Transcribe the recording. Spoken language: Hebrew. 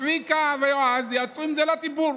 וצביקה ויועז יצאו עם זה לציבור: